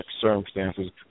circumstances